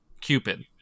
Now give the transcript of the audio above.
Cupid